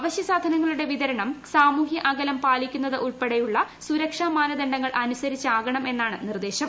അവശ്യ സാധനങ്ങളുടെ വിതരണം സാമൂഹ്യ അകലം പാലിക്കുന്നതുൾപ്പെടെയുള്ള സുരക്ഷാ മാനദണ്ഡങ്ങൾ അനുസരിച്ചാകണമെന്നാണ് നിർദ്ദേശം